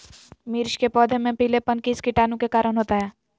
मिर्च के पौधे में पिलेपन किस कीटाणु के कारण होता है?